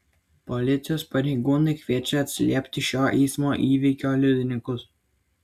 policijos pareigūnai kviečia atsiliepti šio eismo įvykio liudininkus